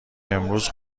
امروز